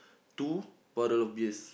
two bottle of beers